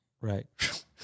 Right